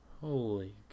Holy